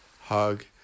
hug